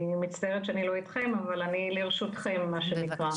אני מצטערת שאני לא אתכם אבל אני לרשותכם מה שנקרא.